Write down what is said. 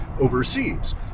overseas